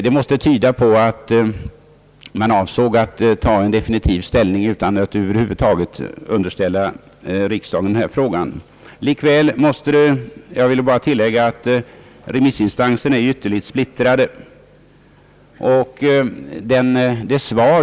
Det måste tyda på att regeringen avsåg att ta en definitiv ställning till frågan utan att över huvud taget underställa riksdagen den. Jag vill tilllägga att remissinstanserna är ytterligt splittrade.